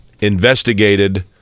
investigated